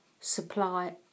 supply